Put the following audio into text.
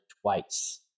twice